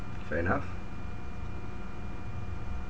fair enough